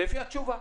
לפי התשובה.